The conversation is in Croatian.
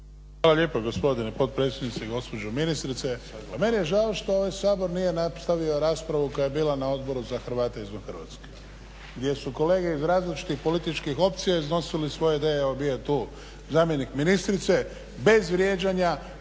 Hvala lijepo gospodine potpredsjedniče. Gospođo ministrice, meni je žao što ovaj Sabor nije nastavio raspravu koja je bila na Odboru za Hrvate izvan Hrvatske gdje su kolege iz različitih političkih opcija iznosili svoje ideje, bio je tu zamjenik ministrice, bez vrijeđanja,